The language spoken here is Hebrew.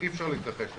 אי-אפשר להתכחש לזה.